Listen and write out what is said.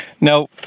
Now